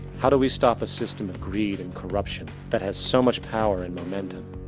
how do we stop a system of greed and corruption, that has so much power and momentum.